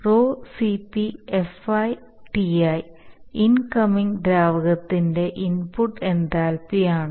ρCpFiTi incoming ദ്രാവകത്തിന്റെ input എന്തൽപിയാണ്